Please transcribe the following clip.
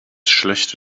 schlechte